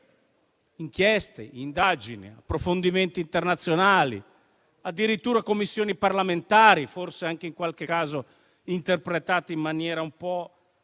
inchieste, indagini e approfondimenti internazionali, addirittura Commissioni parlamentari, forse anche in qualche caso interpretate in maniera un po'